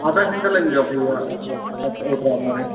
आधा घंटा लगेगा भैया आप आपका ओडर आने में